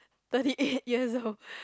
thirty eight years old